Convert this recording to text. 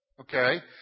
okay